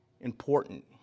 important